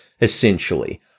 essentially